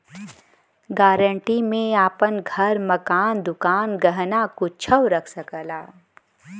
guarantee में आपन घर, मकान, दुकान, गहना कुच्छो रख सकला